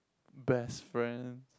best friend